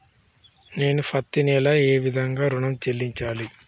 నేను పత్తి నెల ఏ తేదీనా ఋణం చెల్లించాలి?